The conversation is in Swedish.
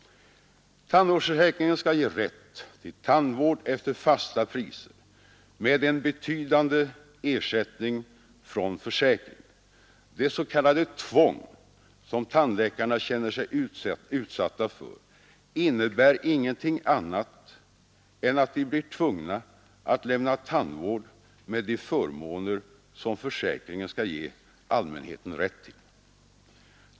Tandvårdsförsäkringen skall ge rätt till tandvård efter fasta priser med en betydande ersättning från försäkringen. Det s.k. tvång som tandläkarna känner sig utsatta för innebär ingenting annat än att de blir tvungna att lämna tandvård med de förmåner som försäkringen skall ge allmänheten rätt till.